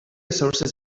sources